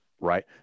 Right